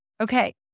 Okay